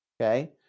Okay